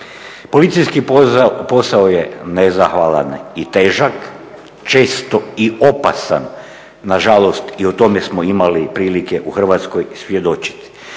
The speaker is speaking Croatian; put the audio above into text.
Policijski posao je nezahvalan i težak, često i opasan, nažalost i o tome smo imali prilike u Hrvatskoj svjedočiti.